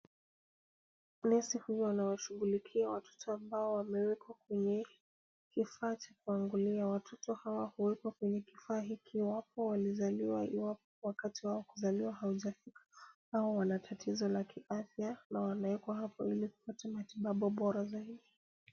Nesi huyu anawashughulikia watoto ambao wamewekwa kwenye kifaa cha kuangulia watoto ambao huwekwa kwenye kifaa hicho iwapo wamezaliwa ikiwa wakati wao wa kuzaliwa haujafika. Hawa wana tatizo la kiafya na wanaekwa hapo ili kupata matibabu bora zaidi.